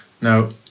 Now